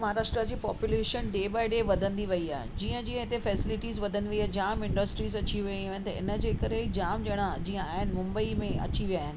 महाराष्ट्र जी population day by day वधंदी वई आहे जींअ जींअ हिते फेसिलिटीस वधंदी आहे जाम इंडस्ट्रीस अची वियूं आहिनि त हिन जे करे जाम ॼणा जीअं आहिनि मुंबईअ में अची विया आहिनि